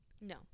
no